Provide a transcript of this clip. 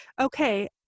okay